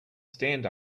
stand